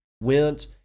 went